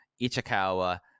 Ichikawa